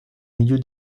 milieu